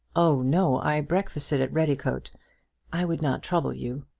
oh no i breakfasted at redicote. i would not trouble you.